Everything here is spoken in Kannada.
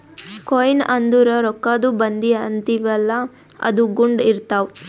ಕೊಯ್ನ್ ಅಂದುರ್ ರೊಕ್ಕಾದು ಬಂದಿ ಅಂತೀವಿಯಲ್ಲ ಅದು ಗುಂಡ್ ಇರ್ತಾವ್